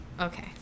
Okay